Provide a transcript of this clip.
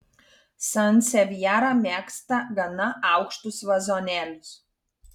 sansevjera mėgsta gana aukštus vazonėlius